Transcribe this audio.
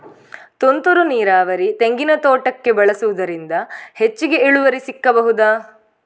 ತುಂತುರು ನೀರಾವರಿ ತೆಂಗಿನ ತೋಟಕ್ಕೆ ಬಳಸುವುದರಿಂದ ಹೆಚ್ಚಿಗೆ ಇಳುವರಿ ಸಿಕ್ಕಬಹುದ?